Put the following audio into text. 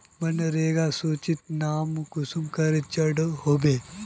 मनरेगा सूचित नाम कुंसम करे चढ़ो होबे?